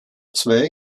zwei